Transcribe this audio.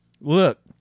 Look